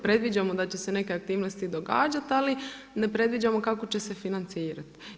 Predviđamo da će se neke aktivnosti događati, ali ne predviđamo kako će se financirati.